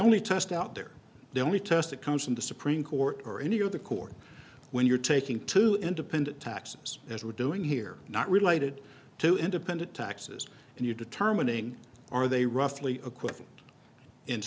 only test out there the only test that comes from the supreme court or any of the court when you're taking two independent taxes as we're doing here not related to independent taxes and you determining are they roughly equivalent